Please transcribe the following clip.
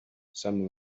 some